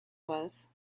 was